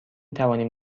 توانیم